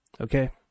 Okay